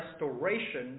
restoration